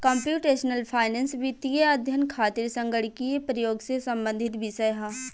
computational finance वित्तीय अध्ययन खातिर संगणकीय प्रयोग से संबंधित विषय ह